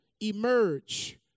emerge